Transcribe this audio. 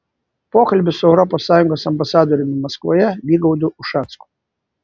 pokalbis su europos sąjungos ambasadoriumi maskvoje vygaudu ušacku